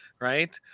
right